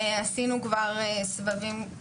עשינו כבר סבבים,